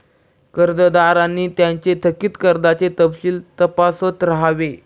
कर्जदारांनी त्यांचे थकित कर्जाचे तपशील तपासत राहावे